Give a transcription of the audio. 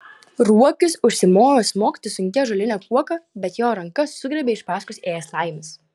ruokis užsimojo smogti sunkia ąžuoline kuoka bet jo ranką sugriebė iš paskos ėjęs laimis